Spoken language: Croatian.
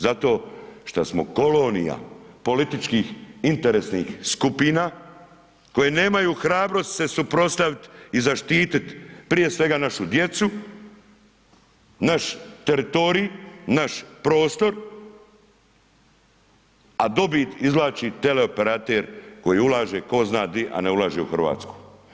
Zato što smo kolonija političkih interesnih skupina koje nemaju hrabrost se suprotstaviti i zaštiti, prije svega našu djecu, naš teritorij, naš prostor, a dobit izvlači teleoperater koji ulaže tko zna di, a ne ulaže u Hrvatsku.